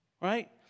Right